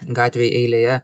gatvėj eilėje